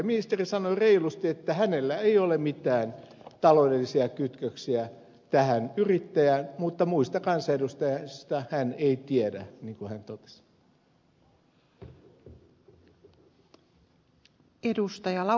ministeri sanoi reilusti että hänellä ei ole mitään taloudellisia kytköksiä tähän yrittäjään mutta muista kansanedustajista hän ei tiedä niin kuin hän totesi